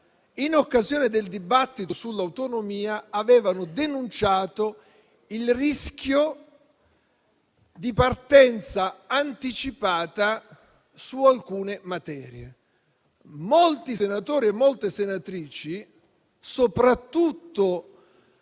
in occasione del dibattito sull'autonomia, avevano denunciato il rischio di partenza anticipata su alcune materie. Molti senatori e molte senatrici, soprattutto